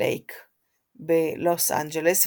בלוס אנג'לס,